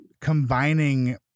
combining